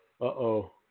Uh-oh